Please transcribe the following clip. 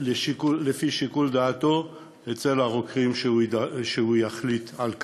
לפי שיקול דעתו, אצל הרוקחים שהוא יחליט על כך.